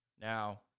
Now